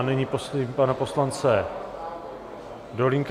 Nyní prosím pana poslance Dolínka.